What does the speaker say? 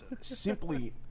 simply